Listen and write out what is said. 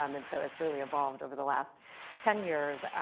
um and so it's really evolved over the last ten years,